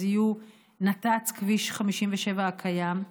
אז יהיו נת"צ בכביש 57 הקיים,